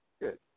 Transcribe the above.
Good